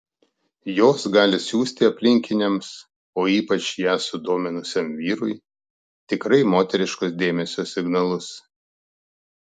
jos gali siųsti aplinkiniams o ypač ją sudominusiam vyrui tikrai moteriškus dėmesio signalus